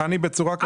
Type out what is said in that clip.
אנחנו נגד.